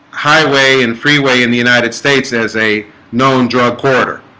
highway and freeway in the united states as a known drug corridor,